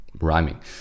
rhyming